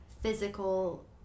physical